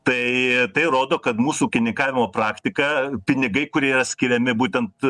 tai tai rodo kad mūsų ūkininkavimo praktika pinigai kurie skiriami būtent